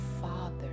father